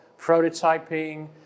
prototyping